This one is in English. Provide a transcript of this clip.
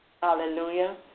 Hallelujah